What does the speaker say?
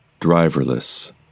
Driverless